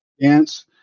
dance